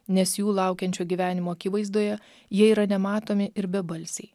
nes jų laukiančio gyvenimo akivaizdoje jie yra nematomi ir bebalsiai